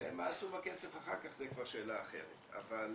מה עשו בכסף אחר כך, זו כבר שאלה אחרת, אבל